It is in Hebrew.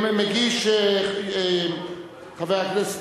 חוק ומשפט בעניין הכרזה על מצב חירום עברה ברוב חברי הכנסת,